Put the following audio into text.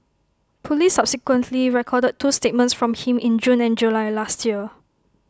Police subsequently recorded two statements from him in June and July last year